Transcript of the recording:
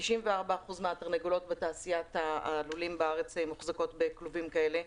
94 אחוזים מהתרנגולות בתעשיית הללים בארץ מוחזקים בכלובים כאלה.